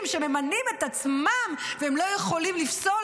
שמממנים את עצמם והם לא יכולים לפסול,